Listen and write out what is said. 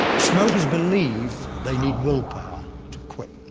smokers believe they need will power to quit.